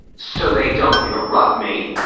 so they don't interrupt me